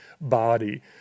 body